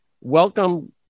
welcome